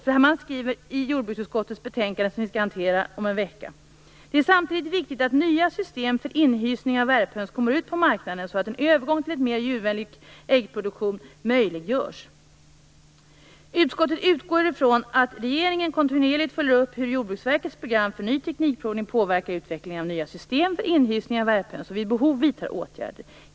Jordbruksutskottet skriver i det betänkande som vi skall behandla om en vecka: "Det är samtidigt viktigt att nya system för inhysning av värphöns kommer ut på marknaden så att övergången till en mer djurvänlig äggproduktion möjliggörs. Utskottet utgår ifrån att regeringen kontinuerligt följer upp hur Jordbruksverkets program för ny teknikprovning påverkar utvecklingen av nya system för inhysning av värphöns och vid behov vidtar åtgärder.